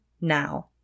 now